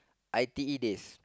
I T E days